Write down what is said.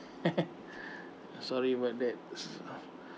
sorry about that